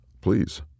Please